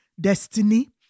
destiny